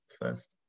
first